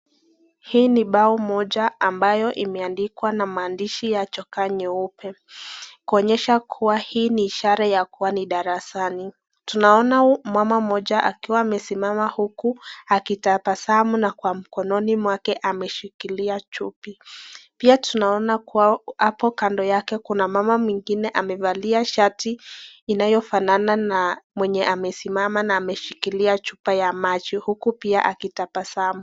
Hii ni ubao moja ambayo imeandikwa na maandishi ya choka nyeupe. Kuonyesha kuwa hii ni ishara ya kuwa ni darasani. Tunaona mama moja akiwa amesimama huku akitabasamu na kwa mkononi mwake ameshikilia chupi. Pia tunaona kuwa hapo kando yake kuna mama mwingine amevalia shati inayofanana na mwenye amesimama na ameshikilia chupa ya maji huku pia akitabasamu.